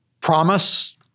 promise